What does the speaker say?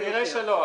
כנראה שלא,